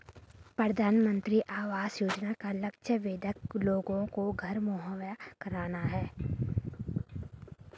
प्रधानमंत्री आवास योजना का लक्ष्य बेघर लोगों को घर मुहैया कराना है